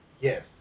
Yes